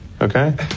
okay